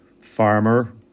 farmer